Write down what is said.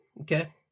okay